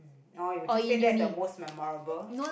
oh would you say that is the most memorable